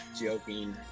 joking